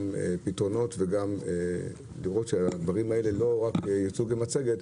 פתרונות וגם לראות שהדברים האלה לא רק יוצגו במצגת,